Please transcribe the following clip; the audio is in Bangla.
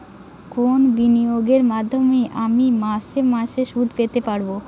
কোন বিনিয়োগের মাধ্যমে আমি মাসে মাসে সুদ তুলতে পারবো?